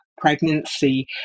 pregnancy